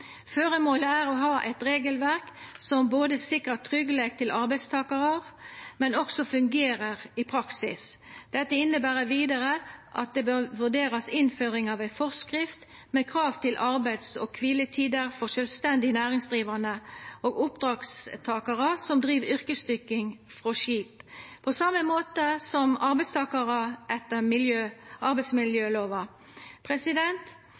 Føremålet er å ha eit regelverk som sikrar tryggleik for arbeidstakarar, men også fungerer i praksis. Dette inneber vidare at det bør vurderast innføring av ei forskrift med krav til arbeids- og kviletider for sjølvstendig næringsdrivande og oppdragstakarar som driv yrkesdykking frå skip, på same måte som arbeidstakarar etter